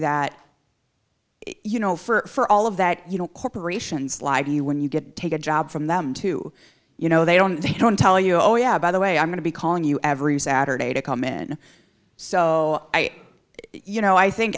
that you know for all of that you know corporations like you when you get take a job from them too you know they don't they don't tell you oh yeah by the way i'm going to be calling you every saturday to come in so i you know i think